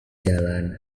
jalan